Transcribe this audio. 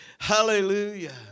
Hallelujah